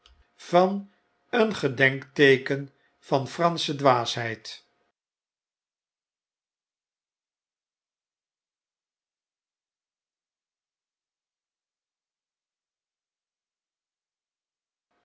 tmtm'tm een gedenkteeken van fransche dwaasheid